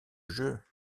jeu